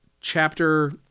chapter